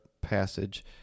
passage